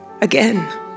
again